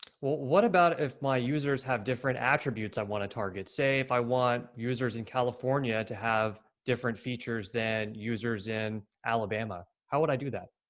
what about if my users have different attributes i want to target? say, if i want users in california to have different features than users in alabama? how would i do that?